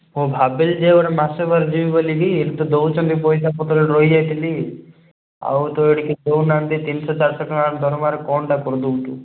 ମୁଁ ଭାବିଲି ଯେ ଗୋଟେ ମାସ ପରେ ଯିବି ବୋଲି କି ସେଠି ତ ଦେଉଛନ୍ତି ପଇସା ପତ୍ର ରହିଯାଇଥିଲି ଆଉ ତ ଏଇଠି କିଛି ଦେଉନାହାନ୍ତି ତିନି ଶହ ଚାରି ଶହ ଟଙ୍କା ଦରମାରେ କ'ଣଟା କରିଦେବୁ ତୁ